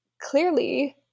clearly